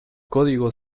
código